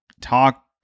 talk